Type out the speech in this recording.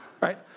Right